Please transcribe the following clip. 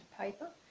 paper